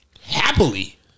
Happily